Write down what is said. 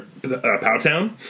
Powtown